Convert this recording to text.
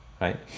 right